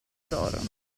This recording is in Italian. d’oro